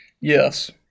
Yes